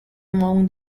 among